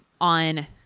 On